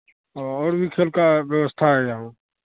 और भी खेल का व्यवस्था है यहाँ